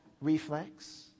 reflex